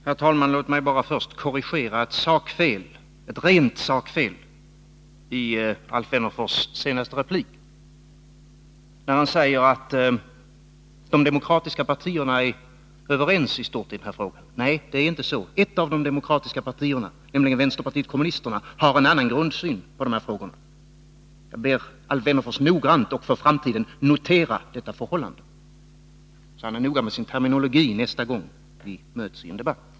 Herr talman! Låt mig bara först korrigera ett rent sakfel i Alf Wennerfors senaste replik. Han säger att de demokratiska partierna i stort sett är överens i den här frågan. Nej, ett av de demokratiska partierna, nämligen vänsterpartiet kommunisterna, har en annan grundsyn på de här frågorna. Jag ber Alf Wennerfors att noggrant och för framtiden notera detta förhållande, så att han är noga med sin terminologi nästa gång vi möts i en debatt.